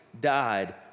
died